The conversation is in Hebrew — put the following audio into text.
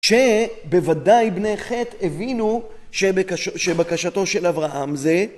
שבוודאי בני חטא הבינו שבקשתו של אברהם זה